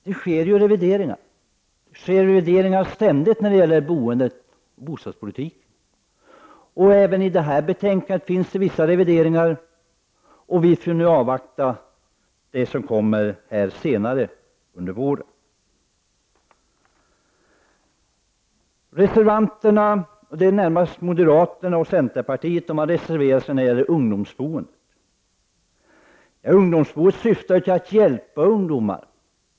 Det sker ständigt revideringar när det gäller bostadspolitiken. Även i detta betänkande finns vissa revideringar, och vi får nu avvakta det som kommer senare under våren. Moderaterna och centerpartiet har reserverat sig när det gäller ungdomsboendet. Stödet till ungdomsboendet syftar till att hjälpa ungdomar.